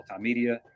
Multimedia